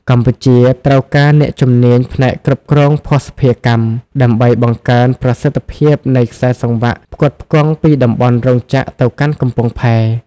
កម្ពុជាត្រូវការអ្នកជំនាញផ្នែកគ្រប់គ្រងភស្តុភារកម្ម ដើម្បីបង្កើនប្រសិទ្ធភាពនៃខ្សែសង្វាក់ផ្គត់ផ្គង់ពីតំបន់រោងចក្រទៅកាន់កំពង់ផែ។